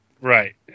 Right